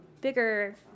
bigger